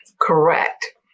correct